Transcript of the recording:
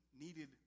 needed